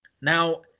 Now